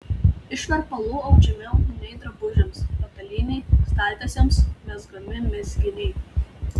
iš verpalų audžiami audiniai drabužiams patalynei staltiesėms mezgami mezginiai